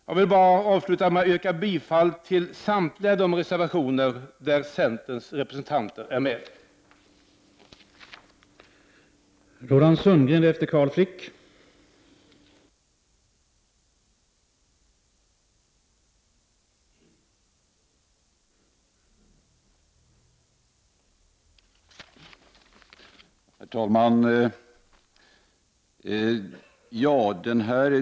Jag vill bara avsluta med att yrka bifall till samtliga de reservationer där centerns representanter finns antecknade.